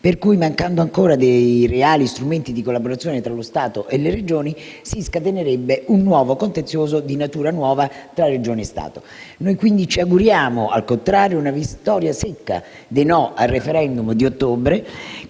per cui, mancando ancora dei reali strumenti di collaborazione tra lo Stato e le Regioni, si scatenerebbe un nuovo contenzioso di natura nuova tra Regioni e Stato. Quindi, ci auguriamo una vittoria secca dei no al *referendum* di ottobre,